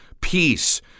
peace